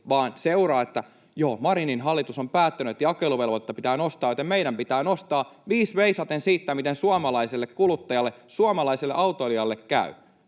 vain seuraa, että ”joo, Marinin hallitus on päättänyt, että jakeluvelvoitetta pitää nostaa, joten meidän pitää nostaa viis veisaten siitä, miten suomalaiselle kuluttajalle, suomalaiselle autoilijalle käy”.